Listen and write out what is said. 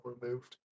removed